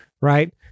Right